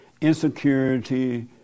insecurity